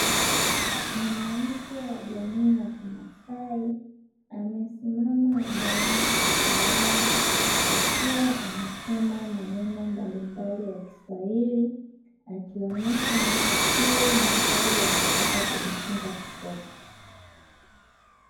Mwanamke wa jamii ya kimasai amesimama ubaoni kwa furaha akiwa anasoma maneno mbalimbali ya Kiswahili akionesha kiu na hali ya kutaka kujifunza kusoma.